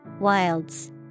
Wilds